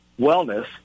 wellness